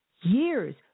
Years